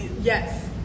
Yes